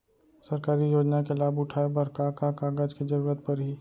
सरकारी योजना के लाभ उठाए बर का का कागज के जरूरत परही